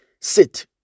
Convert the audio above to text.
sit